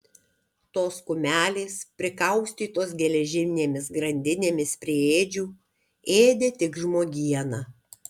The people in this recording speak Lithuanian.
tos kumelės prikaustytos geležinėmis grandinėmis prie ėdžių ėdė tik žmogieną